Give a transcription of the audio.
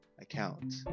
account